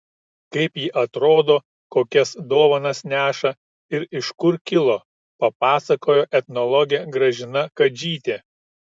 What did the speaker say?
kaip ji atrodo kokias dovanas neša ir iš kur kilo papasakojo etnologė gražina kadžytė